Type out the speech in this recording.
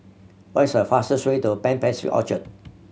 what is the fastest way to Pan Pacific Orchard